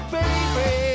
baby